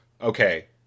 okay